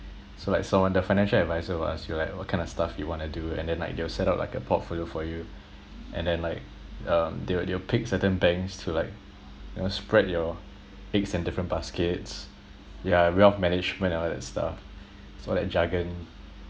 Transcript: so like someone the financial advisor will ask you like what kind of stuff you want to do and then like they will set up like a portfolio for you and then like uh they will they will pick certain banks to like you know spread your eggs in different baskets yeah wealth management and all that stuff so all that jargon